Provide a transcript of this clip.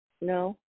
No